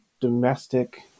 domestic